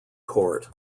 court